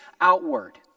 outward